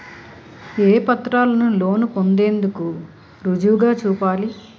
ఏ పత్రాలను లోన్ పొందేందుకు రుజువుగా చూపాలి?